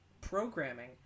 programming